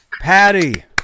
Patty